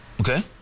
Okay